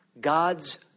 God's